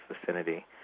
vicinity